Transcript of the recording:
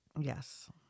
Yes